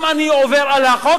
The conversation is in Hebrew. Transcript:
אם אני עובר על החוק,